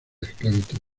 esclavitud